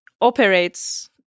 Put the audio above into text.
operates